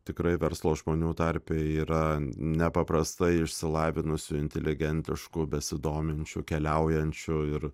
tikrai verslo žmonių tarpe yra nepaprastai išsilavinusių inteligentiškų besidominčių keliaujančių ir